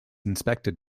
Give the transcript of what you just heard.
inspected